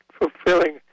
fulfilling